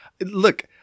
Look